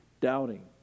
doubting